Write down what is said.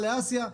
לאסיה.